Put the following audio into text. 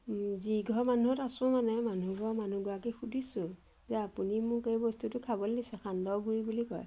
যিঘৰ মানুহত আছোঁ মানে মানুহঘৰ মানুহগৰাকীক সুধিছোঁ যে আপুনি মোক এই বস্তুটো খাবলৈ দিছে সান্দহ গুড়ি বুলি কয়